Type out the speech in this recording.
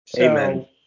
Amen